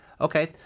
Okay